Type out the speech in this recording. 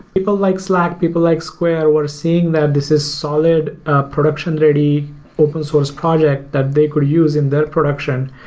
people like slack, people like square were seeing that this is solid ah production-ready open source project that they could use in their production,